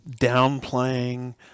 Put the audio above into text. downplaying